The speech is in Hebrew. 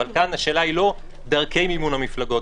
אבל כאן השאלה אינה דרכי מימון המפלגות,